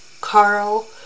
Carl